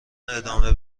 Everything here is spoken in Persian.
ادامه